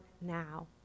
now